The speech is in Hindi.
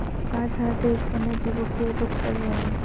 आज हर देश वन्य जीवों की और रुख कर रहे हैं